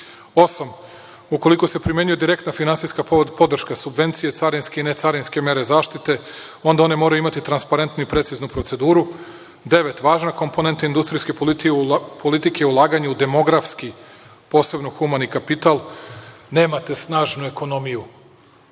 – ukoliko se primenjuje direktna finansijska podrška, subvencije, carinske i necarinske mere zaštite, onda one moraju imati transparentnu i preciznu proceduru. Devet – važna komponenta industrijske politike je ulaganje u demografski, posebno humani kapital. Nemate snažnu ekonomiju